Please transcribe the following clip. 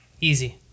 Easy